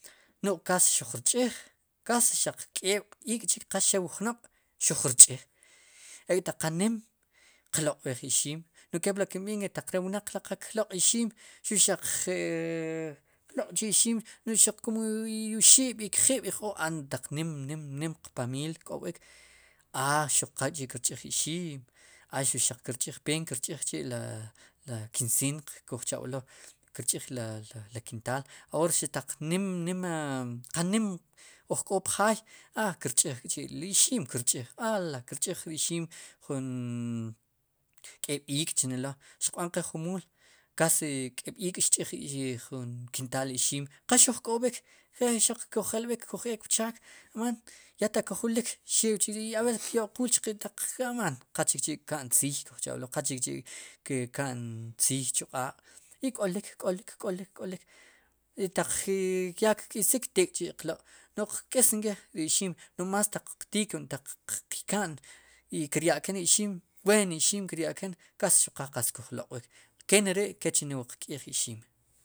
No'j kas xuj rcch'ij kas xaq k'eeb' iik'chik qa xel wu jnob' xuj rch'j ek'taq qanim qloq'b'eej ixim n'oj kepli kimb'iij nk'i ri wnaq ri qa kloq'ixim xuq xaq qloq' ixiim no'j kum xaq oxib'i kjib' k'o qb'an taq nim, nim nim qpamiil ki'k'ob'ik a xuq qal k'chi' kirch'iij ixiim a xuq xaq kirch'iij peen kir ch'iij la la kinseen kuj chab'elo kirch'ij la kintaal ahor si taq nim nim qa nim uj k'o pjaay a kirch'ij k'chi' li ixmi kirch'ij a la kirch'ij ri ixim jun kéeb' ik'chnelo xiqb'an qe jumuul kasi k'eeb'iik ixch'ij ri ixim ri jun kintal ixim qal xuj k'ob'iik xaq kujelb'ik kuj eek pchaak aman ya taq kujulik xewchri' ab'er kyo'quul chtaq gaan qachikchi' ka'n tziiy kujcha'b'elo xu qal chikchi' ka'n tziiy chu q'aaq' i k'olik, k'olik, k'olik, k'olik ya taq kkísik tek'chi'qloq' no'j qk'isnk'i nk'i ri ixim nomás taq qti'ke taq qyka'n i kirya'ken ixim ween ixim kirya'ken kas xuq qal qatz kuj loq'wiik keneri' kech wuq k'yej wu ixim.